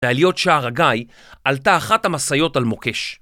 בעליות שער הגיא עלתה אחת המסעיות על מוקש.